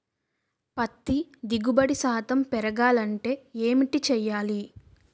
పత్తి దిగుబడి శాతం పెరగాలంటే ఏంటి చేయాలి?